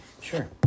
Sure